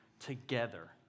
together